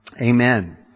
Amen